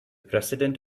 president